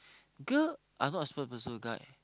girl are not suppose to pursuit guy